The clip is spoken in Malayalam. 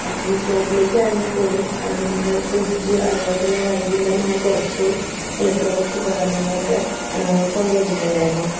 ഈ ഷോപ്പിലേക്കാണെങ്കിൽ പോലും നമ്മൾ ഫ്രിഡ്ജ് അതുപോലെ തന്നെ വെദ്യുതികരമായ കുറച്ച് ഇലക്ട്രോണിക്ക് ഉപകാരണങ്ങളൊക്കെ കൊണ്ട് വെച്ചിട്ടുണ്ടായിരുന്നു